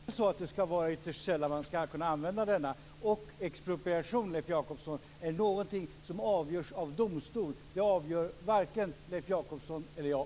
Fru talman! Leif Jakobsson har förstått det helt rätt. Det skall vara ytterst sällan som man skall kunna använda det här. Och expropriation, Leif Jakobsson, är något som avgörs av domstol. Det avgör varken Leif Jakobsson eller jag.